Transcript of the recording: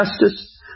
justice